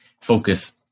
focus